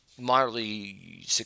moderately